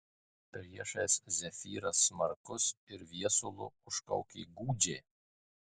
priešais zefyras smarkus ir viesulu užkaukė gūdžiai